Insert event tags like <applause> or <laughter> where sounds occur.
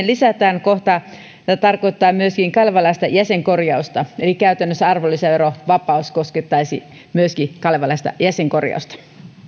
<unintelligible> lisätään kohta joka tarkoittaa myöskin kalevalaista jäsenkorjausta eli käytännössä arvonlisäverovapaus koskettaisi myöskin kalevalaista jäsenkorjausta